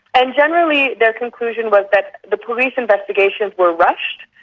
and generally their conclusion was that the police investigations were rushed,